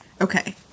okay